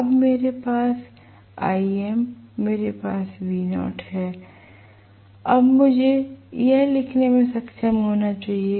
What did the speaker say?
अब मेरे पास Im मेरे पास V0 है इसलिए मुझे यह लिखने में सक्षम होना चाहिए